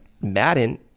Madden